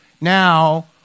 Now